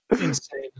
insane